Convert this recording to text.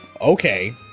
okay